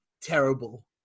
terrible